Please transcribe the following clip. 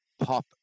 pop